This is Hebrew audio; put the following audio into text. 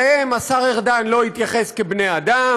אליהם השר ארדן לא התייחס כבני-אדם.